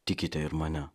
tikite ir mane